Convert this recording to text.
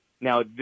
Now